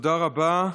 תודה רבה.